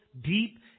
deep